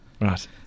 right